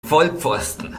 vollpfosten